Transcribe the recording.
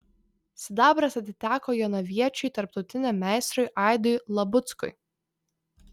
sidabras atiteko jonaviečiui tarptautiniam meistrui aidui labuckui